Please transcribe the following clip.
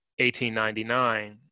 1899